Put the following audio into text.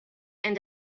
and